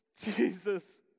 Jesus